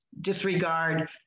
Disregard